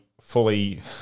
fully